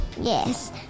Yes